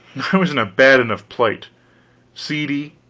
i was in a bad enough plight seedy,